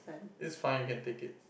is fine you can take it